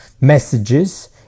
messages